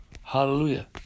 Hallelujah